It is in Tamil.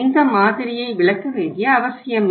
இந்த மாதிரியை விளக்க வேண்டிய அவசியமில்லை